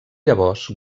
llavors